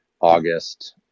august